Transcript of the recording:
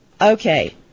Okay